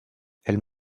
elles